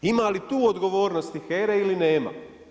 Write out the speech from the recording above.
Ima li tu odgovornosti HERA-e ili nema?